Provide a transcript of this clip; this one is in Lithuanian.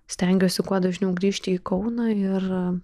stengiuosi kuo dažniau grįžti į kauną ir